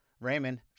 Raymond